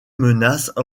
menace